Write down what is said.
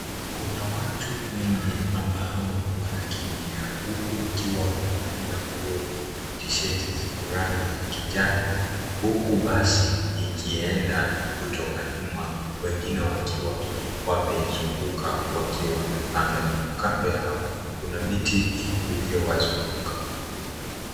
Kuna watu wenye ambao wanakimbia huku wakiwa wamevalia nguo tisheti zenye rangi ya kijani huku basi ikienda kutoka nyuma wengine wakiwa wameizunguka wakiwa wamepanda juu, kando yao kuna miti iliyowazunguka.